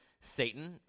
Satan